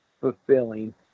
fulfilling